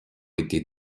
été